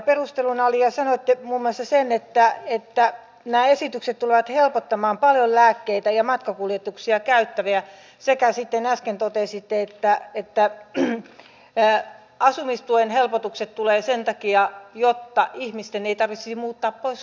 perusteluna sanoitte muun muassa sen että nämä esitykset tulevat helpottamaan paljon lääkkeitä ja matkakuljetuksia käyttäviä sekä sitten äsken totesitte että asumistuen helpotukset tulevat sen takia jotta ihmisten ei tarvitsisi muuttaa pois kotoa